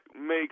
makes